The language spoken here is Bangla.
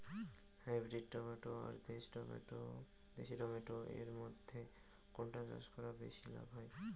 হাইব্রিড টমেটো আর দেশি টমেটো এর মইধ্যে কোনটা চাষ করা বেশি লাভ হয়?